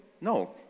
No